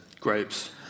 Grapes